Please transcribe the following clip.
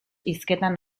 hizketan